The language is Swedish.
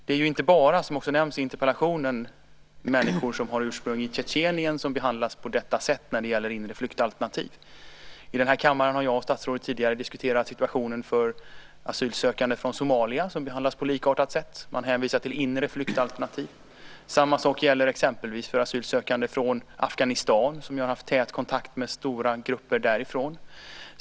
Det är inte bara, som också nämns i interpellationen, människor som har ursprung i Tjetjenien som behandlas på detta sätt när det gäller inre flyktalternativ. I den här kammaren har jag och statsrådet tidigare diskuterat situationen för asylsökande från Somalia som behandlas på likartat sätt. Man hänvisar till inre flyktalternativ. Samma sak gäller exempelvis för asylsökande från Afghanistan. Jag har haft tät kontakt med stora grupper därifrån.